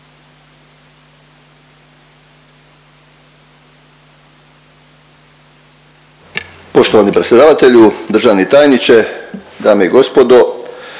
Poštovani predsjedavatelju, državni tajniče, dame i gospodo.